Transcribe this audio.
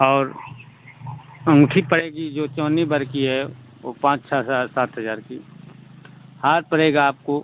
और अँगूठी पड़ेगी जो चवन्नी भर की है वो पाँच छ सा सात हजार की हार पड़ेगा आपको